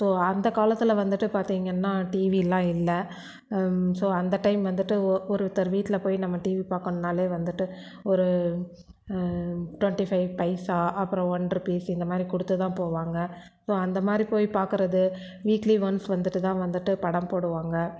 so அந்த காலத்தில் வந்துட்டு பார்த்திங்கன்னா டிவிலாம் இல்லை ஸோ அந்த டைம் வந்துட்டு ஒ ஒருத்தர் வீட்டில போய் நம்ம டிவி பார்க்கணுன்னாலே வந்துட்டு ஒரு டுவெண்ட்டி ஃபை பைசா அப்புறம் ஒன் ருப்பீஸ் இந்த மாதிரி கொடுத்து தான் போவாங்கள் அந்த மாதிரி போய் பார்க்கறது வீக்லி ஒன்ஸ் வந்துட்டு தான் வந்துட்டு படம் போடுவாங்கள்